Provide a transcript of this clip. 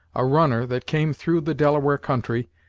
a runner, that came through the delaware country,